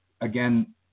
again